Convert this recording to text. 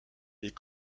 les